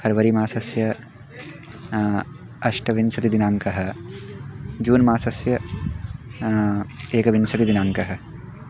February मासस्य अष्टविंशतिदिनाङ्कः June मासस्य एकविंशतिदिनाङ्कः